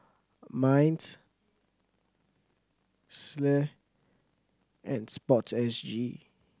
MINDS SLA and SPORTSG